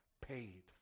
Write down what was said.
paid